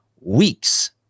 weeks